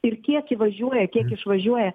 ir kiek įvažiuoja kiek išvažiuoja